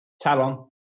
Talon